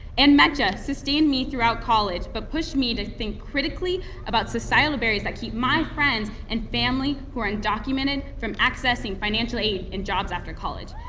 and and sustained me throughout college, but pushed me to think critically about societal barriers i keep my friends and family, who are undocumented, from accessing financial aid and jobs after college.